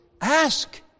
ask